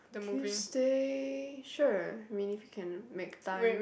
Tuesday sure meaning if you can make time